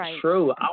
true